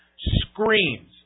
screams